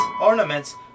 ornaments